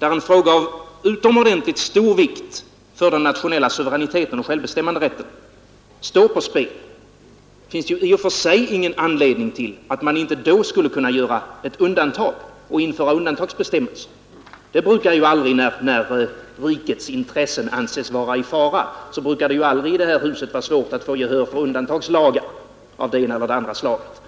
då en fråga av utomordentligt stor vikt för den nationella suveräniteten och självbestämmanderätten uppstår — gör ett undantag och inför undantagsbestämmelser. När rikets intressen anses vara i fara så brukar det ju aldrig i det här huset vara svårt att få gehör för förslag om undantagslagar av det ena eller andra slaget.